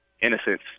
innocence